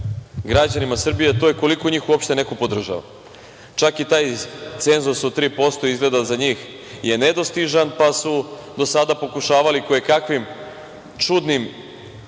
građanima Srbije, a to je koliko njih uopšte neko podržava. Čak je i taj cenzus od 3% izgleda za njih nedostižan, pa su do sada pokušavali kojekakvim čudnim